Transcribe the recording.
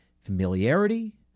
familiarity